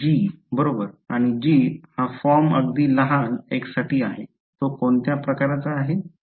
g बरोबर आणि g हा फॉर्म अगदी लहान x साठी आहे तो कोणत्या प्रकारचा आहे